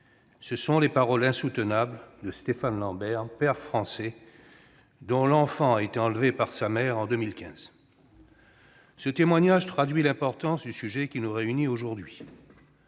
les paroles insoutenables de Stéphane Lambert, père français dont l'enfant a été enlevé par sa mère en 2015. Ce témoignage traduit l'importance du sujet qui nous réunit aujourd'hui.